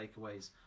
takeaways